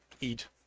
eat